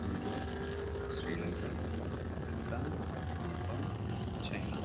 India Sri Lanka Pakistan Nepal China